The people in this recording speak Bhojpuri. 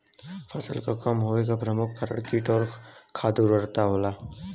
फसल क कम होवे क प्रमुख कारण कीट और खाद उर्वरता होला